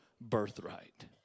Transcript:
birthright